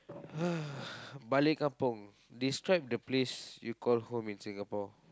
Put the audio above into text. balik kampung describe the place you call home in Singapore